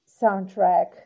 soundtrack